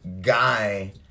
guy